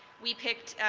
we picked